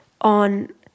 on